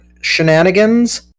shenanigans